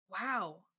Wow